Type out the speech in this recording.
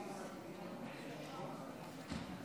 42, נגד,